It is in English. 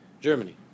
Germany